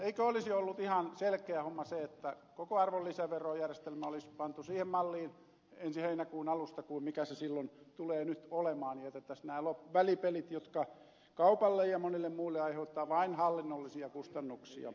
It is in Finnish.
eikö olisi ollut ihan selkeä homma se että koko arvonlisäverojärjestelmä olisi pantu siihen malliin ensi heinäkuun alusta mikä se silloin tulee olemaan ja jätettäisiin pois nämä välipelit jotka kaupalle ja monelle muulle aiheuttavat vain hallinnollisia kustannuksia